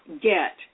get